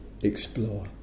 explore